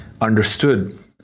understood